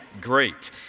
great